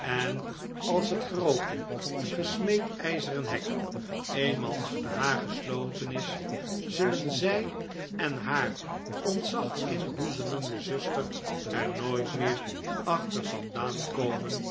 en als het groote gesmeed ijzeren hek eenmaal achter haar gesloten is zullen zij en haar ontzaginboezemende zuster er nooit meer achter vandaan komen